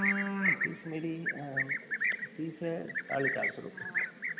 fees मेरी fees है साढ़े चार सौ रुपये